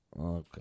Okay